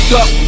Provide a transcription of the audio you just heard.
up